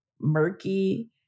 murky